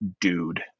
dude